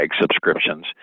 subscriptions